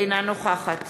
אינה נוכחת